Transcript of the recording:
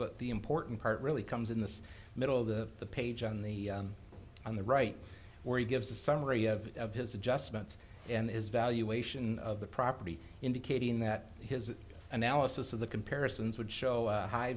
but the important part really comes in the middle of the page on the on the right where he gives a summary of of his adjustments and is valuation of the property indicating that his analysis of the comparisons would show a high